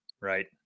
Right